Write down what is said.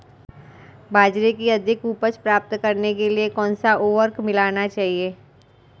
बाजरे की अधिक उपज प्राप्त करने के लिए कौनसा उर्वरक मिलाना चाहिए?